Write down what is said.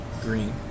Green